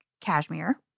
Cashmere